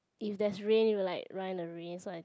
if there's rain we will like run in the rain so I